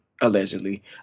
allegedly